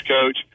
coach